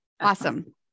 Awesome